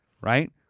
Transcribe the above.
Right